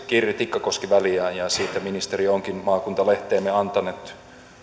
kirri tikkakoski välin ja siitä ministeri onkin maakuntalehteemme antanut